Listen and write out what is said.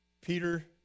Peter